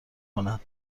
کنند